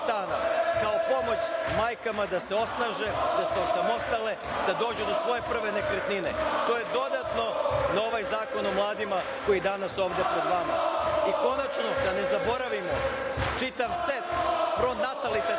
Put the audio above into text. kao pomoć majkama da se osnaže, da se osamostale, da dođu do svoje prve nekretnine. To je dodatno na ovaj zakon o mladima koji je danas ovde pred vama. Konačno, da ne zaboravimo čitav set pronatalitetnih